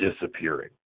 disappearing